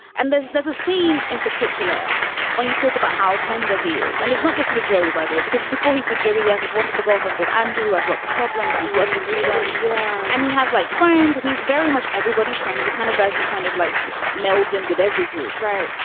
and there's there's a scene in particular when you talk about how tender he is. and it's not just with joey, by the way, because before he's with jimmy, he has this wonderful girlfriend called andy, who has lots of problems and is working through them. yeah. and he has like fans that he's very much everybody's friend. he's a kind of guy who kind of like mel's and with every group. right.